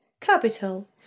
Capital